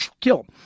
Kill